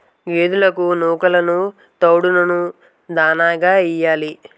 గేదెలకు నూకలును తవుడును దాణాగా యియ్యాలి